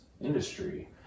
industry